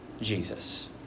Jesus